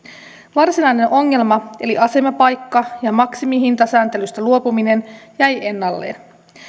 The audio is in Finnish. varsinainen ongelma eli asemapaikka ja maksimihintasääntelystä luopuminen jäi ennalleen